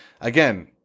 again